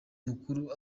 mukuru